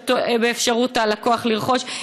באפשרות הלקוח לרכוש.